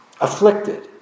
afflicted